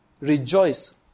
rejoice